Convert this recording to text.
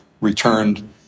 returned